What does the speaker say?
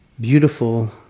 beautiful